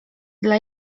dla